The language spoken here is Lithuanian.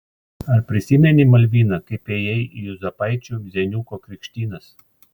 ar prisimeni malvina kaip ėjai į juozapaičių zeniuko krikštynas